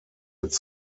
its